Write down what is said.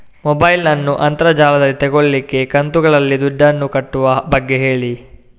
mobile ನ್ನು ಅಂತರ್ ಜಾಲದಲ್ಲಿ ತೆಗೋಲಿಕ್ಕೆ ಕಂತುಗಳಲ್ಲಿ ದುಡ್ಡನ್ನು ಕಟ್ಟುವ ಬಗ್ಗೆ ಹೇಳಿ